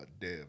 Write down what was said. Dev